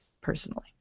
personally